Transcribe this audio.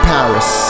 Paris